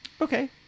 Okay